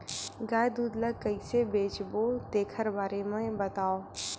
गाय दूध ल कइसे बेचबो तेखर बारे में बताओ?